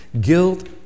guilt